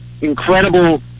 incredible